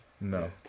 No